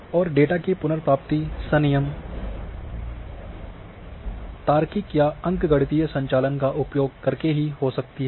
और डेटा की पुनर्प्राप्ति सनियम तार्किक या अंक गणितीय संचालन का उपयोग करके हो सकती है